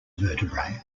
vertebrae